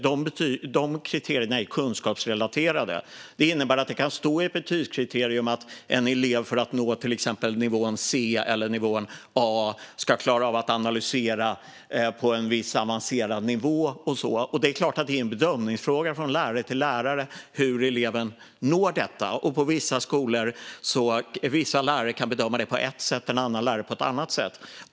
De kriterierna är kunskapsrelaterade. Det innebär att det kan stå i ett betygskriterium att en elev för att nå till exempel nivån C eller nivån A ska klara av att analysera på en viss avancerad nivå. Det är klart att det är en bedömningsfråga från lärare till lärare hur eleven når detta. Vissa lärare kan bedöma det på ett sätt, vissa lärare på ett annat sätt.